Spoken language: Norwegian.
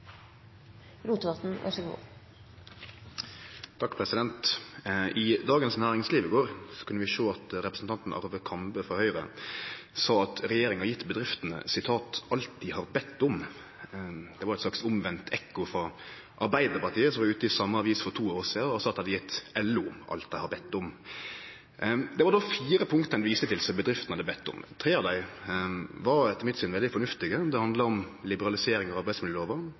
Rotevatn – til oppfølgingsspørsmål. I Dagens Næringsliv i går kunne vi lese at representanten Arve Kambe, frå Høgre, sa at regjeringa har gjeve bedriftene «alt de har bedt om». Det var eit slags omvendt ekko frå Arbeidarpartiet, som var ute i den same avisa for to år sidan og sa at dei hadde gjeve LO alt dei hadde bedt om. Ein viste til fire punkt som bedriftene hadde bedt om. Tre av dei var etter mitt syn veldig fornuftige. Det handla om liberalisering av